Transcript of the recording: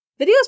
Videos